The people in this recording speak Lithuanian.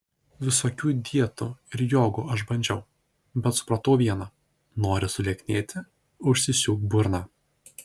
visokių dietų ir jogų aš bandžiau bet supratau viena nori sulieknėti užsisiūk burną